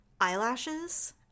eyelashes